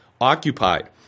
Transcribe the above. occupied